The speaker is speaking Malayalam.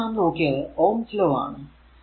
ഇത് വരെ നാം നോക്കിയത് ഓംസ് ലോ ആണ്